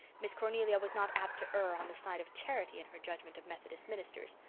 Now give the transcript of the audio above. miss cornelia was not apt to err on the side of charity in her judgment of methodist ministers,